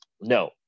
no